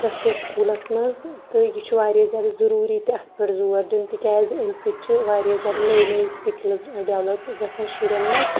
پرٮ۪تھ کُنہِ سکوٗلَس منٛز تہٕ یہِ چھُ واریاہ زیادٕ ضٔروٗری تہِ اَتھ پٮ۪ٹھ زور دیُٚن تِکیٛازِ امہِ سۭتۍ چھِ واریاہ زیادٕ نٔے نٔے سِکِلٕز ڈیولَپ گژھان شُرٮ۪ن منٛز